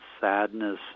sadness